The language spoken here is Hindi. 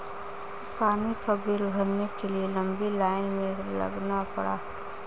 पानी का बिल भरने के लिए लंबी लाईन में लगना पड़ा